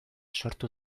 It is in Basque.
sortu